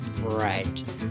Right